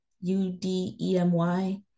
U-D-E-M-Y